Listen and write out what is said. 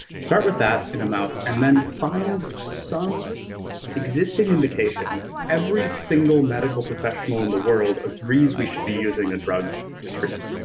start with that in a mouse, and then find some existing indication every single medical professional in the world agrees we should be using a drug to treat,